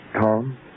Tom